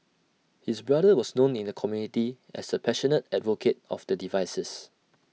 his brother was known in the community as A passionate advocate of the devices